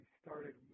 started